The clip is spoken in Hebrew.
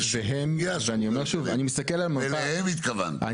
אליהם התכוונת.